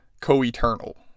co-eternal